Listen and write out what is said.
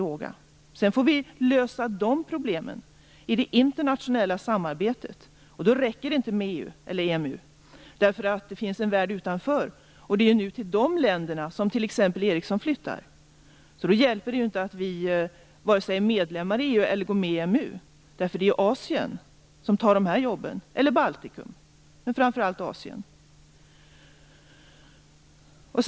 De problemen får vi lösa i det internationella samarbetet. Det räcker inte med EU eller EMU, därför att det finns en värld utanför. Det är till de länderna som t.ex. Ericsson nu flyttar. Det hjälper inte att vi är medlemmar i EU eller går med i EMU, därför att det är Baltikum eller framför allt Asien som tar dessa jobb.